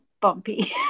bumpy